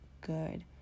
good